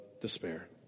despair